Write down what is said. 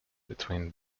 between